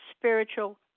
spiritual